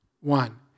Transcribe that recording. one